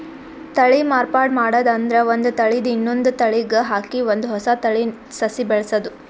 ತಳಿ ಮಾರ್ಪಾಡ್ ಮಾಡದ್ ಅಂದ್ರ ಒಂದ್ ತಳಿದ್ ಇನ್ನೊಂದ್ ತಳಿಗ್ ಹಾಕಿ ಒಂದ್ ಹೊಸ ತಳಿ ಸಸಿ ಬೆಳಸದು